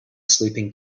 sleeping